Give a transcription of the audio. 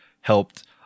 helped